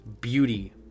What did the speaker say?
beauty